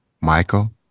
Michael